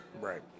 right